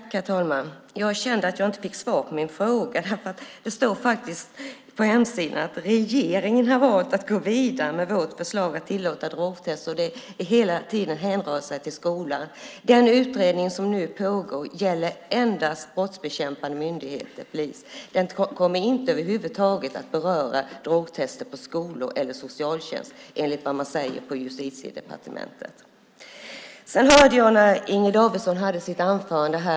Herr talman! Jag kände att jag inte fick svar på min fråga. Det står på hemsidan: Regeringen har valt att gå vidare med vårt förslag att tillåta drogtester. Det hänför sig till skolan. Den utredning som nu pågår gäller endast brottsbekämpande myndigheter och polis. Den kommer inte över huvud taget att beröra drogtester på skolor eller i socialtjänst enligt vad man säger på Justitiedepartementet. Jag hörde när Inger Davidson hade sitt anförande här.